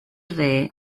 dde